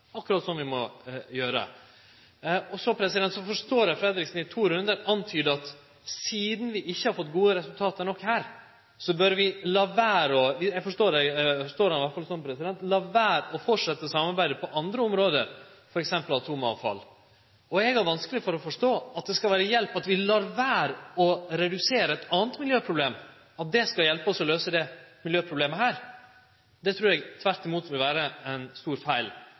akkurat som vi må gjere. Så forstår eg at Fredriksen i to rundar antydar at sidan vi ikkje har fått gode nok resultat her, bør vi – eg forstår han iallfall slik – late vere å fortsetje samarbeidet på andre område, f.eks. når det gjeld atomavfall. Eg har vanskeleg for å forstå at det å late vere å redusere eit anna miljøproblem, skal hjelpe oss å løyse dette miljøproblemet. Det trur eg tvert imot vil vere ein stor feil,